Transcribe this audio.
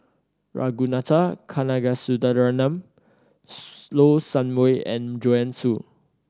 Ragunathar Kanagasuntheram Low Sanmay and Joanne Soo